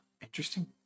Interesting